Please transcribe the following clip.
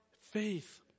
faith